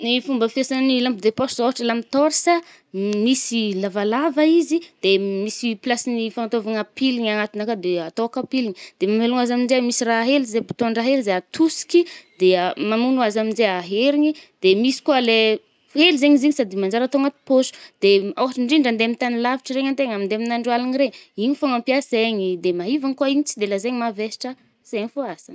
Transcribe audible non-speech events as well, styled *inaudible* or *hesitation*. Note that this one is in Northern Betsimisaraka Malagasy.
Ny fomba fiasàn’ny lampy de pôsy zao ôhatra lampy tôrsa, *hesitation* misy i lavalava izy i, de *hesitation* misy plasy fantôvagna piligny anatigny akà de atô akà piligny. De mamelogno azy aminje misy raha hely zay, bouton-draha hely zay atosiky de *hesitation* mamogno anazy aherigny. De misy koà le, fo hely zaigny zigny sady manjary atô anaty poche. De ôhatry ndrindra ande amy tagny lavitry regny tegna mande amin’andro aligny re, igny fôgna ampiàsegny i. De maîvagna koà igny, tsy de lazaigny mavesatra. zaigny fô asagny.